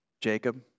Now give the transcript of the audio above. Jacob